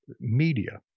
media